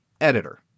editor